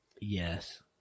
Yes